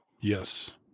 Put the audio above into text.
Yes